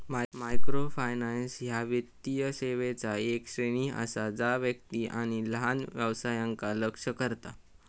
microfinance ह्या वित्तीय सेवांचा येक श्रेणी असा जा व्यक्ती आणि लहान व्यवसायांका लक्ष्य करता